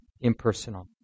impersonal